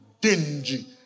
dingy